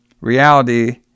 reality